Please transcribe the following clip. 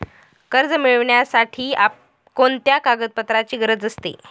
कर्ज मिळविण्यासाठी कोणत्या कागदपत्रांची गरज असते?